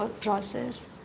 process